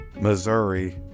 Missouri